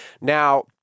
Now